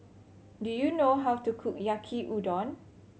do you know how to cook Yaki Udon